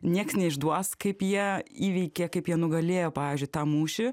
nieks neišduos kaip jie įveikė kaip jie nugalėjo pavyzdžiui tą mūšį